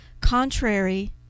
contrary